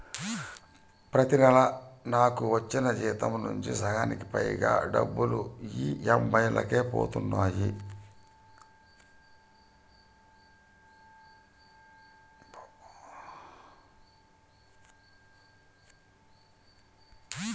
ప్రతి నెలా నాకు వచ్చిన జీతం నుంచి సగానికి పైగా డబ్బులు ఈఎంఐలకే పోతన్నాయి